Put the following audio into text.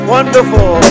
Wonderful